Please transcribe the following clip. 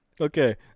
okay